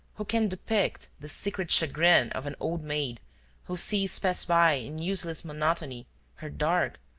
who can depict the secret chagrin of an old maid who sees pass by in useless monotony her dark,